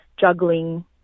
juggling